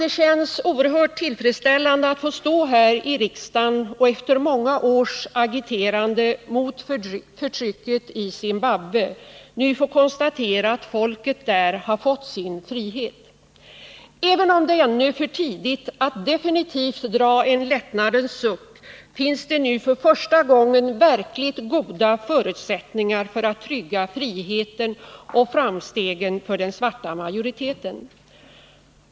Det känns oerhört tillfredsställande att få stå här i riksdagen och efter många års agiterande mot förtrycket i Zimbabwe nu få konstatera att folket där har fått sin frihet. Även om det ännu är för tidigt att definitivt dra en lättnadens suck finns det nu för första gången verkligt goda förutsättningar för att trygga friheten och framstegen för den svarta majoriteten.